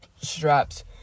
straps